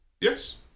Yes